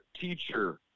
Teacher